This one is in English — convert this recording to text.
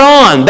on